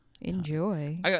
Enjoy